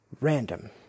Random